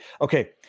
Okay